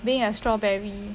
being a strawberry